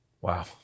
Wow